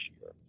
year